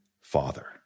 father